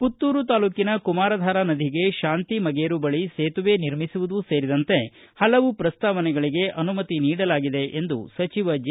ಪುತ್ತೂರು ತಾಲ್ಲೂಕಿನ ಕುಮಾರಧಾರಾ ನದಿಗೆ ಶಾಂತಿ ಮಗೇರು ಬಳಿ ಸೇತುವೆ ನಿರ್ಮಿಸುವುದು ಸೇರಿದಂತೆ ಪಲವು ಪ್ರಸ್ತಾವನೆಗಳಿಗೆ ಅನುಮತಿ ನೀಡಲಾಗಿದೆ ಎಂದು ಸಚಿವ ಜೆ